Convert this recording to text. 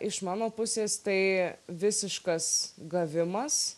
iš mano pusės tai visiškas gavimas